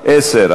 10,